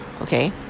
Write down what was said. okay